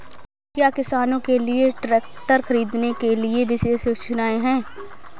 क्या किसानों के लिए ट्रैक्टर खरीदने के लिए विशेष योजनाएं हैं?